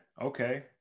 okay